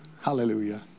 Hallelujah